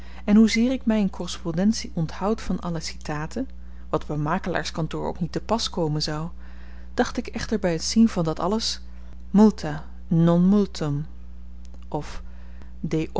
en hoezeer ik my in korrespondentie onthoud van alle citaten wat op een makelaars kantoor ook niet te pas komen zou dacht ik echter by het zien van dat alles multa non multum of